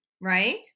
right